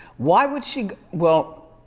why would she? well,